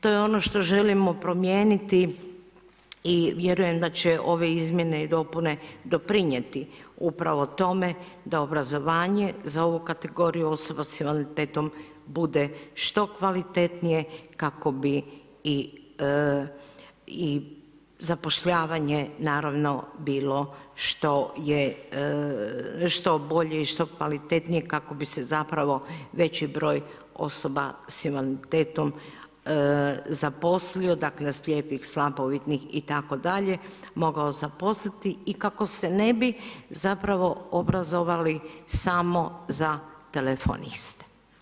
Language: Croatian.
To je ono što želimo promijeniti i vjerujem da će ove izmjene doprinijeti upravo tome da obrazovanje za ovu kategoriju osoba s invaliditetom bude što kvalitetnije kako bi i zapošljavanje naravno bilo što bolje i što kvalitetnije kako bi se veći broj osoba s invaliditetom zaposlio, dakle slijepih, slabovidnih itd. mogao zaposliti i kako se ne bi obrazovali samo za telefoniste.